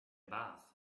bath